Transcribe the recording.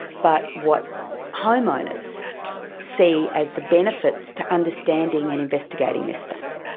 but what homeowners see as the benefits to understanding and investigating this stuff.